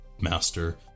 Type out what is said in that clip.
master